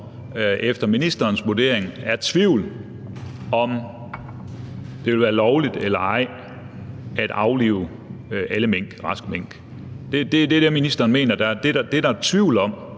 efter ministerens vurdering er tvivl om, om det ville være lovligt eller ej at aflive alle raske mink. Det er det, ministeren mener der er tvivl om,